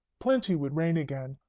plenty would reign again.